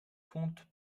compte